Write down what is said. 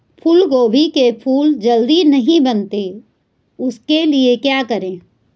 फूलगोभी के फूल जल्दी नहीं बनते उसके लिए क्या करें?